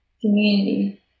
community